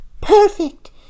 Perfect